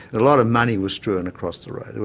a lot of money was strewn across the road,